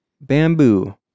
bamboo